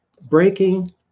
breaking